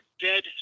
dead